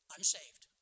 Unsaved